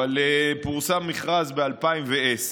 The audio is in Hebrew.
אבל פורסם מכרז ב-2010,